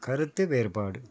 கருத்து வேறுபாடு